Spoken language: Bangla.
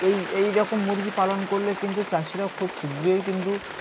এই এই রকম মরগি পালন করলে কিন্তু চাষিরা খুব শিঘ্রর কিন্তু